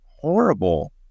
horrible